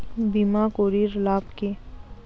বিমা করির লাভ কি?